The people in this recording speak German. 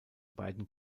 beiden